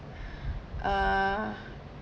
uh